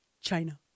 China